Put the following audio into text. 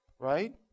right